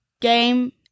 Game